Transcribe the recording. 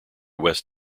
west